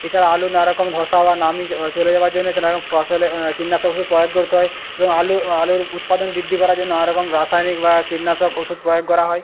এছাড়া আলুর নানা রকম ধসা বা নাবি জ চলে যাওয়ার জন্যে নানা রকম ফসলে কীটনাশক ওষুধ প্রয়োগ করতে হয় এবং আলু আলুর উৎপাদন বৃদ্ধি করার জন্য নানা রকম রাসায়নিক বা কীটনাশক ওষুধ প্রয়োগ করা হয়